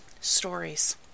Stories